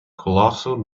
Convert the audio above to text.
colossal